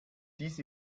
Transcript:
dies